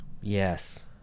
Yes